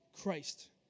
Christ